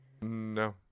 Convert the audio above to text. No